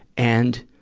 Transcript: and,